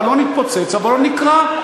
הבלון התפוצץ, הבלון נקרע.